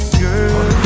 girl